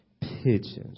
pigeons